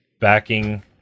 backing